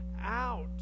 out